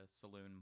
saloon